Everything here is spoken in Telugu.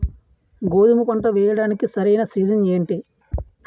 గోధుమపంట వేయడానికి సరైన సీజన్ ఏంటి?